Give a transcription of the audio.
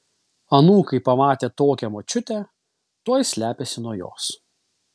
anūkai pamatę tokią močiutę tuoj slepiasi nuo jos